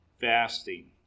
fasting